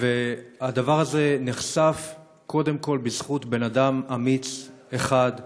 הדבר הזה נחשף קודם כול בזכות בן-אדם אמיץ אחד,